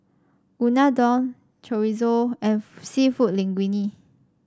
Unadon Chorizo and seafood Linguine